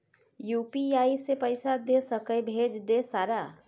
UPI से पैसा दे सके भेज दे सारा?